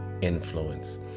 influence